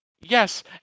Yes